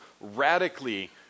radically